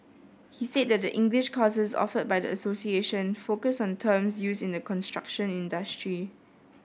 he said that the English courses offered by the association focus on terms used in the construction industry